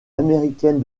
américaine